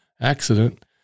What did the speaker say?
accident